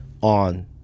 on